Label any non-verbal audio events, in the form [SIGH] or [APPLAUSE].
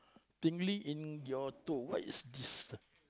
tingling in your toe what is this [LAUGHS]